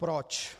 Proč.